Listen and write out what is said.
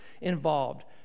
involved